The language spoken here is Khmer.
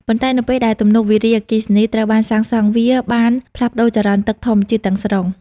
ប៉ុន្តែនៅពេលដែលទំនប់វារីអគ្គិសនីត្រូវបានសាងសង់ វាបានផ្លាស់ប្ដូរចរន្តទឹកធម្មជាតិទាំងស្រុង។